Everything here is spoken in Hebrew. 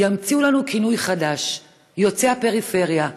ימציאו לנו כינוי חדש: "יוצאי הפריפריה".